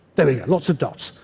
there we go. lots of dots.